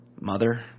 mother